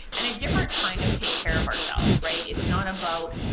and a different kind of take care of ourselves, right? it's not about.